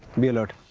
be alert.